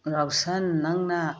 ꯔꯥꯎꯁꯟ ꯅꯪꯅ